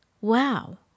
Wow